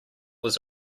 was